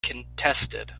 contested